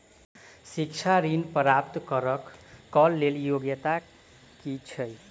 शिक्षा ऋण प्राप्त करऽ कऽ लेल योग्यता की छई?